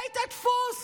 בית הדפוס